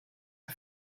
are